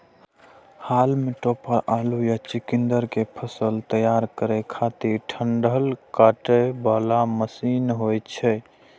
हाल्म topper आलू या चुकुंदर के फसल तैयार करै खातिर डंठल काटे बला मशीन होइ छै